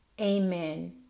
Amen